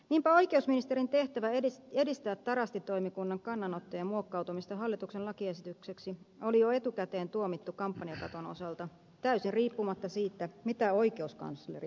niinpä oikeusministerin tehtävä edistää tarasti toimikunnan kannanottojen muokkautumista hallituksen lakiesitykseksi oli jo etukäteen tuomittu kampanjakaton osalta täysin riippumatta siitä mitä oikeuskansleri asiasta esitti